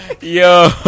Yo